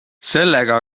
sellega